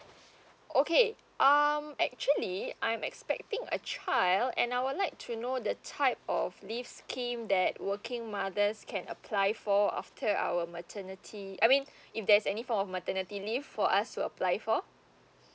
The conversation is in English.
okay um actually I'm expecting a child and I would like to know the type of leaves scheme that working mothers can apply for after our maternity I mean if there's any form of maternity leave for us to apply for